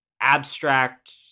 abstract